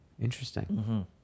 Interesting